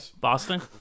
Boston